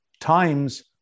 times